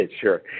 Sure